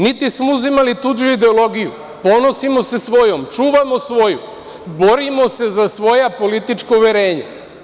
Niti smo uzimali tuđu ideologiju, ponosimo se svojom, čuvamo svoju, borimo se za svoja politička uverenja.